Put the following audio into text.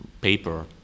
paper